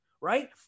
right